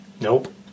Nope